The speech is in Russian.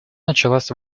началась